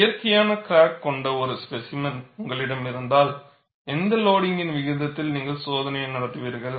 இயற்கையான கிராக் கொண்ட ஒரு ஸ்பேசிமென் உங்களிடம் இருந்தால் எந்த லோடிங்க் விகிதத்தில் நீங்கள் சோதனையை நடத்துவீர்கள்